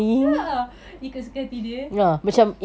ya ikut suka hati dia